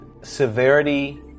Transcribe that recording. Severity